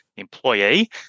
employee